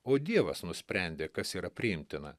o dievas nusprendė kas yra priimtina